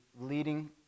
leading